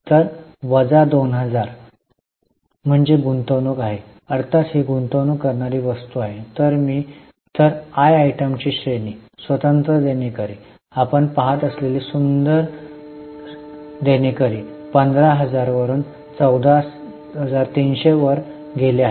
तर वजा २००० म्हणजे गुंतवणूक आहे अर्थात ही गुंतवणूक करणारी वस्तू आहे तर मी आयटमची श्रेणी स्वतंत्र देणेकरी आपण पहात असलेले सुंदर देणेकरी 15000 वरून 14300 वर गेले आहेत